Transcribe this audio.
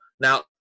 now